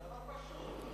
דבר פשוט.